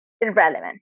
irrelevant